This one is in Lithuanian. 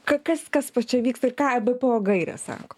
ką kas kas va čia vyksta ir ką bpo gairės sako